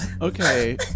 Okay